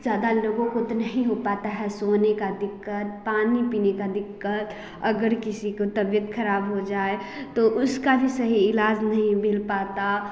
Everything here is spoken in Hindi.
ज़्यादा लोगों को नहीं हो पता है सोने का दिक्कत पानी पीने का दिक्कत अगर किसी का तबीयत खराब हो जाए तो उसका भी सही इलाज नहीं मिल पाता